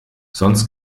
sonst